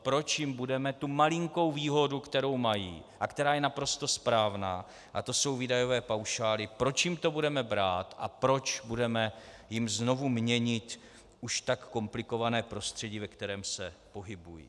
Proč jim budeme tu malinkou výhodu, kterou mají a která je naprosto správná, a to jsou výdajové paušály, proč jim to budeme brát a proč jim budeme znovu měnit už tak komplikované prostředí, ve kterém se pohybují?